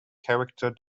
character